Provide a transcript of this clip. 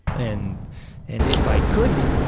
and and if i couldn't,